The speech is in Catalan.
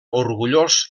orgullós